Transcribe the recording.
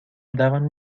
daban